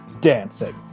Dancing